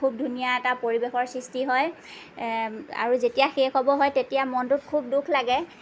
খুব ধুনীয়া এটা পৰিৱেশৰ সৃষ্টি হয় আৰু যেতিয়া শেষ হ'ব হয় তেতিয়া মনটোত খুব দুখ লাগে